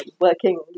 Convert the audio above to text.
working